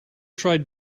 tried